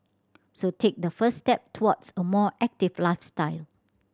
so take that first step towards a more active